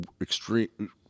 extreme